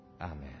Amen